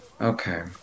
Okay